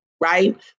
right